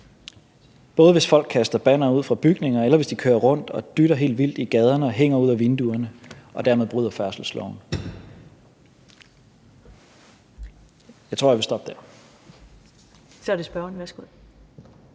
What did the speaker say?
både hvis folk kaster bannere ud fra bygninger, eller hvis de kører rundt og dytter helt vildt i gaderne og hænger ud ad vinduerne og dermed bryder færdselsloven. Jeg tror, jeg vil stoppe der. Kl. 17:31 Første næstformand